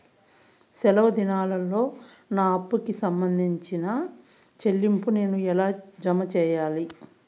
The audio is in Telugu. సెలవు దినాల్లో నా అప్పుకి సంబంధించిన చెల్లింపులు నేను ఎలా జామ సెయ్యాలి?